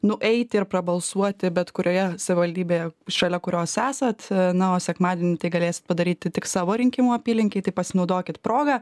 nueiti ir prabalsuoti bet kurioje savivaldybėje šalia kurios esat na o sekmadienį tai galėsit padaryti tik savo rinkimų apylinkėj tai pasinaudokit proga